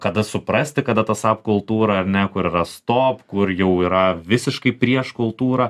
kada suprasti kada ta sap kultūra ar ne kur yra stop kur jau yra visiškai prieš kultūrą